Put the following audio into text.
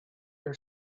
your